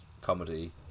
comedy